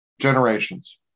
generations